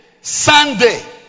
Sunday